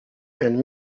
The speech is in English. and